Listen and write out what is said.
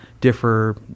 differ